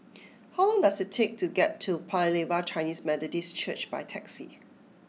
how long does it take to get to Paya Lebar Chinese Methodist Church by taxi